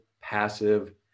passive